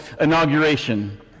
inauguration